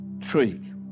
tree